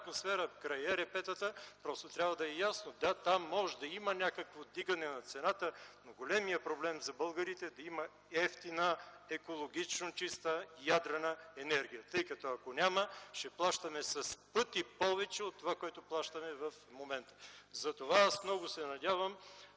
атмосфера край ЕРП-тата, просто трябва да е ясно: да, там може да има някакво вдигане на цената, но големият проблем за българите е да има евтина, екологично чиста ядрена енергия, тъй като ако няма – ще плащаме с пъти повече от това, което плащаме в момента. Аз много се надявам